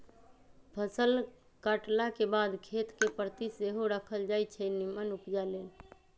फसल काटलाके बाद खेत कें परति सेहो राखल जाई छै निम्मन उपजा लेल